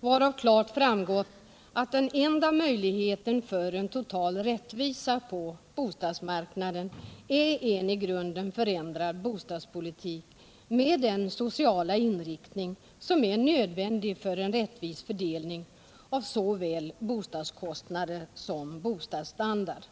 varav klart framgått att den enda möjligheten till en total rättvisa på bostadsmarknaden är en i grunden förändrad bostadspolitik med den sociala inriktning som är nödvändig för en rättvis fördelning av såväl bostadskostnader som bostadsstandard.